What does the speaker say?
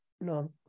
no